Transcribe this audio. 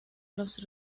los